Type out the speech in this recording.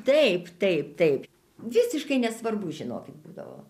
taip taip taip visiškai nesvarbu žinokit būdavo